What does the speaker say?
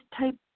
type